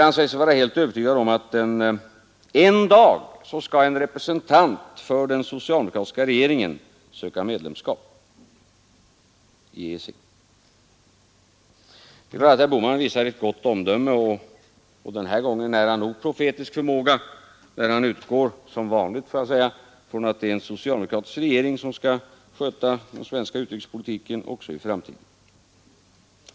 Han sade sig vara helt övertygad om att en representant för den socialdemokratiska regeringen en dag skulle komma att ansöka om medlemskap i EEC. Herr Bohman visar för en gångs skull ett gott omdöme och nära nog profetisk förmåga Idemokratisk regering när han, som vanligt, utgår ifrån att det är en socia som skall sköta den svenska utrikespolitiken också i framtiden.